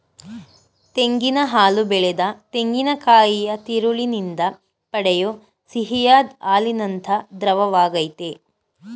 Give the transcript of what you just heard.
ತೆಂಗಿನ ಹಾಲು ಬೆಳೆದ ತೆಂಗಿನಕಾಯಿಯ ತಿರುಳಿನಿಂದ ಪಡೆಯೋ ಸಿಹಿಯಾದ್ ಹಾಲಿನಂಥ ದ್ರವವಾಗಯ್ತೆ